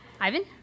Ivan